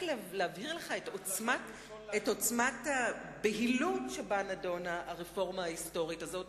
רק להבהיר לך את עוצמת הבהילות שבה נדונה הרפורמה ההיסטורית הזאת,